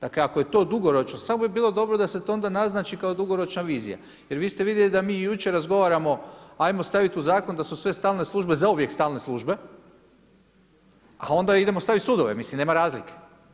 Dakle ako je to dugoročno samo bi bilo dobro da se to naznači kao dugoročna vizija jer vi ste vidjeli da mi jučer razgovaramo ajmo staviti u zakon da su sve stalne službe zauvijek stalne službe, a onda idemo staviti sudove mislim nema razlike.